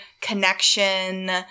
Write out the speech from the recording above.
connection